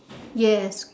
yes